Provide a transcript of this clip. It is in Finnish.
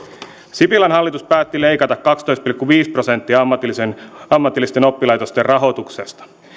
sipilän hallitus päätti leikata kaksitoista pilkku viisi prosenttia ammatillisten oppilaitosten rahoituksesta